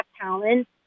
talent